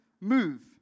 move